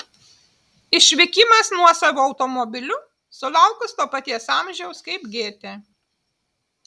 išvykimas nuosavu automobiliu sulaukus to paties amžiaus kaip gėtė